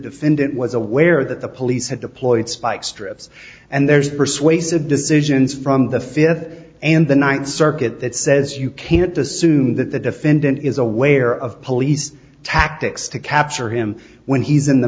defendant was aware that the police had deployed spike strips and there's persuasive decisions from the fifth and the ninth circuit that says you can't assume that the defendant is aware of police tactics to capture him when he's in the